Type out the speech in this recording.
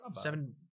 Seven